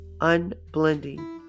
unblending